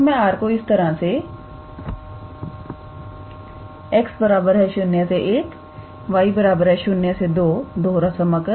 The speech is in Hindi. अब मैं R को इस तरह सेx01 y02𝑥 2 2𝑥𝑑𝑥𝑑𝑦